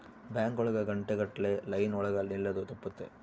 bank ಒಳಗ ಗಂಟೆ ಗಟ್ಲೆ ಲೈನ್ ಒಳಗ ನಿಲ್ಲದು ತಪ್ಪುತ್ತೆ